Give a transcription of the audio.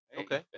Okay